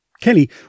Kelly